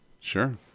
sure